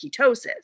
ketosis